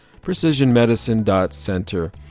precisionmedicine.center